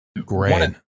Great